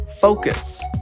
focus